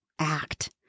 Act